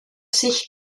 sich